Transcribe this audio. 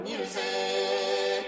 Music